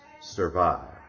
survive